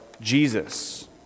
Jesus